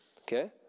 Okay